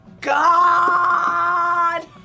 God